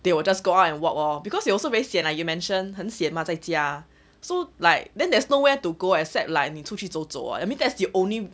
they will just go out and walk lor because you also very sian lah like you mention 很 sian mah 在家 so like then there's no where to go except like 你出去走走 what I mean that's the only